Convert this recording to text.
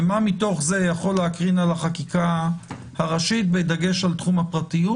ומה מתוך זה יכול להקרין על החקיקה הראשית בדגש על תחום הפרטיות.